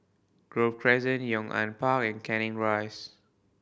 Grove Crescent Yong An Park and Canning Rise